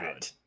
good